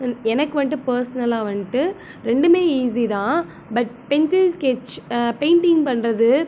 வந் எனக்கு வந்துட்டு பர்சனலாக வந்துட்டு ரெண்டுமே ஈஸி தான் பட் பென்சில் ஸ்கெட்ச் பெயிண்டிங் பண்ணுறது